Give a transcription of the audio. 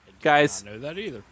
Guys